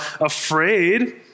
afraid